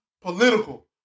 political